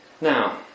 Now